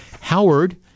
Howard